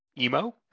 emo